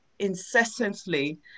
incessantly